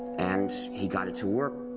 and he got it to work.